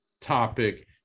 topic